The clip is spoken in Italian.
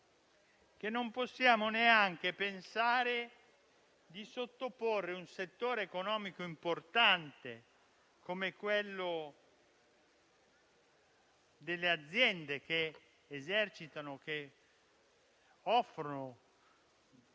che non possiamo neanche pensare di tutelare un settore economico importante come quello delle aziende che offrono